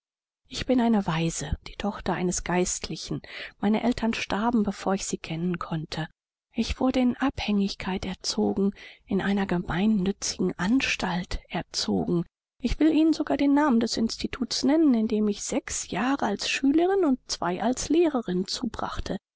ich bin eine waise die tochter eines geistlichen meine eltern starben bevor ich sie kennen konnte ich wurde in abhängigkeit erzogen in einer gemeinnützigen anstalt erzogen ich will ihnen sogar den namen des instituts nennen in dem ich sechs jahre als schülerin und zwei als lehrerin zubrachte